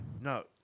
No